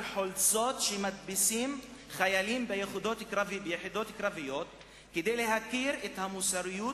חולצות שמדפיסים חיילים ביחידות קרביות כדי להכיר את המוסריות